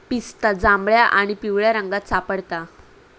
पिस्ता जांभळ्या आणि पिवळ्या रंगात सापडता